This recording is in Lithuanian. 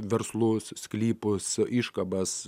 verslus sklypus iškabas